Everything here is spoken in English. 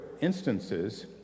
instances